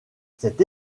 cette